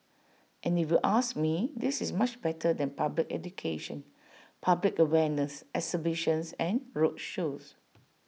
and if you ask me this is much better than public education public awareness exhibitions and roadshows